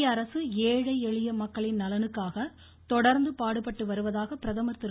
மத்திய அரசு ஏழை எளிய மக்களின் நலனுக்காக தொடர்ந்து பாடுபட்டு வருவதாக பிரதமர் திரு